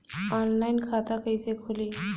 Online खाता कइसे खुली?